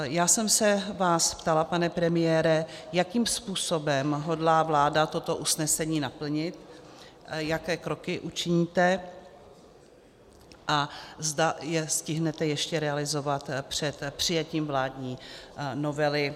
Já jsem se vás ptala, pane premiére, jakým způsobem hodlá vláda toto usnesení naplnit, jaké kroky učiníte a zda je stihnete ještě realizovat před přijetím vládní novely.